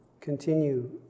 continue